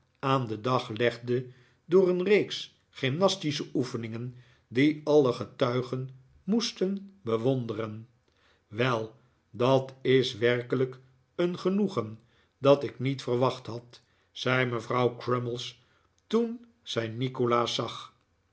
aan den dag legde door een reeks gymnastische oefeningen die alle getuigen moesten bewonderen wel dat is werkelijk een genoegen dat ik niet verwacht had zei mevrouw crummies toen zij nikolaas zag